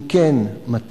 2. אם כן, מתי?